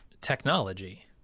technology